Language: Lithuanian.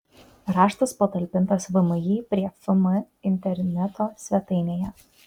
raštas patalpintas vmi prie fm interneto svetainėje